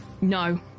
No